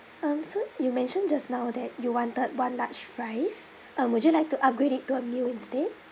um so you mentioned just now that you wanted one large fries uh would you like to upgrade it to a meal instead